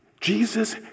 Jesus